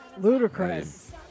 Ludicrous